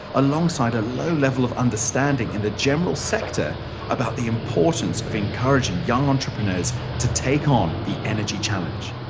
alongside a low level of understanding in the general sector about the importance of encouraging young entrepreneurs to take on the energy challenge.